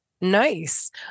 Nice